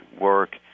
work